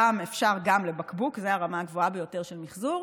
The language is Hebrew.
אפשר גם לבקבוק, זו הרמה הגבוהה ביותר של מחזור.